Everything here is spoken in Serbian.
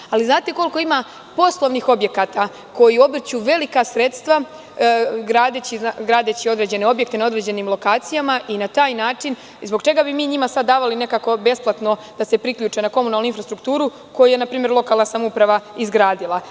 Ali, da li znate koliko ima poslovnih objekatakoji obrću velika sredstva gradeći određene objekte na određenim lokacijama i na taj način zbog čega bi mi njima sad davali tako besplatno da se priključe na komunalnu infrastrukturukoju je npr. lokalna samouprava izgradila?